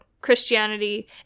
Christianity